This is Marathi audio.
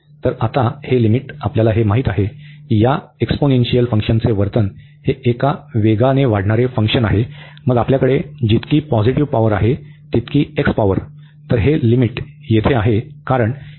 तर आता हे लिमिट आपल्याला हे माहित आहे की या एक्सपोनेनशियल फंक्शनचे वर्तन हे एक वेगाने वाढणारे फंक्शन आहे मग आपल्याकडे जितकी पॉझिटिव्ह पॉवर आहे तितकी पॉवर